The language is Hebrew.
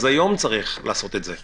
אז היום צריך לעשות את זה.